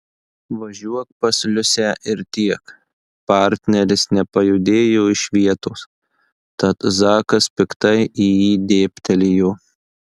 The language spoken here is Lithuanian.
važiuok pas liusę ir tiek partneris nepajudėjo iš vietos tad zakas piktai į jį dėbtelėjo